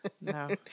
No